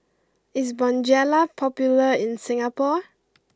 is Bonjela popular in Singapore